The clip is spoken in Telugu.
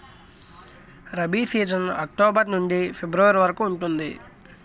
రబీ సీజన్ అక్టోబర్ నుండి ఫిబ్రవరి వరకు ఉంటుంది